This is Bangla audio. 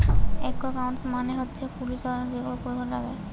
ক্রোকোডাইল মানে হচ্ছে কুমির প্রাণী যেটা অলিগেটের পরিবারের